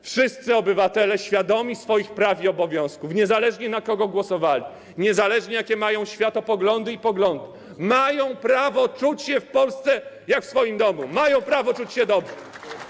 Wszyscy obywatele świadomi swoich praw i obowiązków, niezależnie od tego, na kogo głosowali, niezależnie od tego, jakie mają światopoglądy i poglądy, mają prawo czuć się w Polsce jak w swoim domu, mają prawo czuć się dobrze.